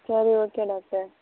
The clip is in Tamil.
சரி ஓகே டாக்டர்